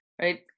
right